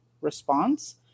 response